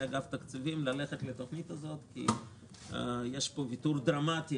אגף התקציבים ללכת לתוכנית הזאת כי יש כאן ויתור דרמטי